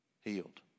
Healed